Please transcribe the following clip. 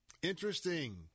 Interesting